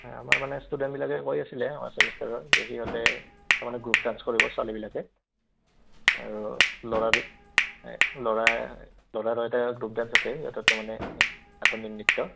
আমাৰ মানে ষ্টুডেণ্টবিলাকে কৈ আছিলে আমাৰ ছেমিষ্টাৰৰ যে সিহঁতে তাৰমানে গ্ৰুপ ডান্স কৰিব ছোৱালীবিলাকে আৰু ল'ৰাবি ল'ৰা ল'ৰাৰো এটা গ্ৰুপ ডান্স আছে সিহঁতৰ তাৰমানে আধুনিক নৃত্য